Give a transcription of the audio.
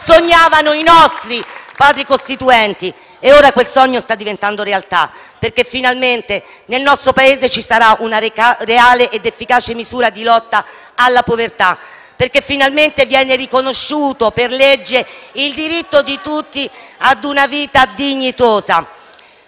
sognavano i nostri Padri costituenti *(Applausi dal Gruppo M5S)*. Ora quel sogno sta diventando realtà, perché finalmente nel nostro Paese ci sarà una reale ed efficace misura di lotta alla povertà. Finalmente infatti viene riconosciuto per legge il diritto di tutti a una vita dignitosa.